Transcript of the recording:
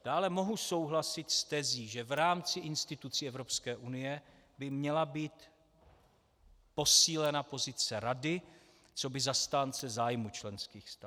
Dále mohu souhlasit s tezí, že v rámci institucí Evropské unie by měla být posílena pozice Rady coby zastánce zájmů členských států.